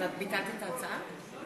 אז ביטלת את ההצעה?